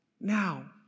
now